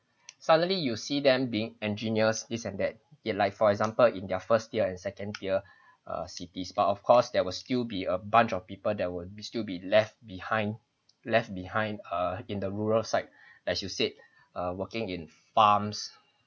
suddenly you see them being engineers this and that okay like for example in their first tier and second tier uh cities but of course there will still be a bunch of people that will still be left behind left behind uh in the rural side as you said uh working in farms